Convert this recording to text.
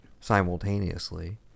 Simultaneously